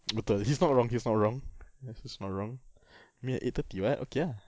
betul he's not wrong he's not wrong ya he's not wrong meet at eight thirty [what] okay ah